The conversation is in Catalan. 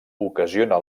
ocasiona